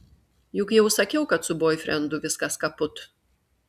juk jau sakiau kad su boifrendu viskas kaput